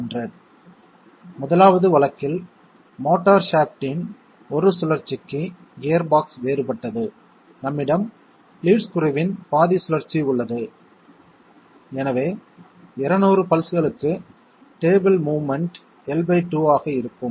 1 வது வழக்கில் மோட்டார் ஷாஃப்ட்டின் 1 சுழற்சிக்கு கியர்பாக்ஸ் வேறுபட்டது நம்மிடம் லீட் ஸ்க்ரூவின் பாதி சுழற்சி உள்ளது எனவே 200 பல்ஸ்களுக்கு டேபிள் மோவ்மென்ட் L2 ஆக இருக்கும்